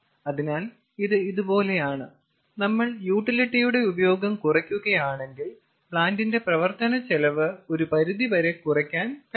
അതിനാൽ ഇത് ഇതുപോലെയാണ് നമ്മൾ യൂട്ടിലിറ്റിയുടെ ഉപയോഗം കുറയ്ക്കുകയാണെങ്കിൽ പ്ലാന്റിന്റെ പ്രവർത്തന ചെലവ് ഒരു പരിധിവരെ കുറയ്കാൻ കഴിയും